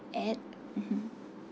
at